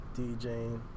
DJing